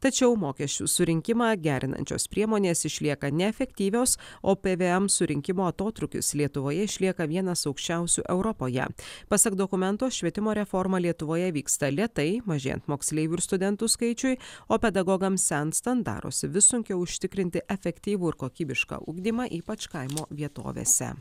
tačiau mokesčių surinkimą gerinančios priemonės išlieka neefektyvios o pvm surinkimo atotrūkis lietuvoje išlieka vienas aukščiausių europoje pasak dokumento švietimo reforma lietuvoje vyksta lėtai mažėjant moksleivių ir studentų skaičiui o pedagogams senstant darosi vis sunkiau užtikrinti efektyvų ir kokybišką ugdymą ypač kaimo vietovėse